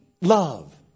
love